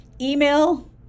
email